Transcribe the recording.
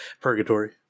purgatory